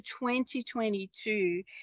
2022